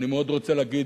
אני מאוד רוצה להגיד,